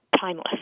timeless